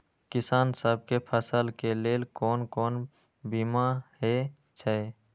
किसान सब के फसल के लेल कोन कोन बीमा हे छे?